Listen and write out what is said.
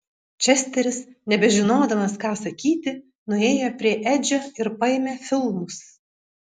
česteris nebežinodamas ką sakyti nuėjo prie edžio ir paėmė filmus